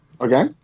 Okay